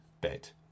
bet